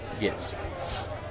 Yes